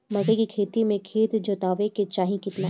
मकई के खेती मे खेत जोतावे के चाही किना?